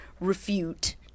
refute